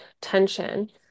tension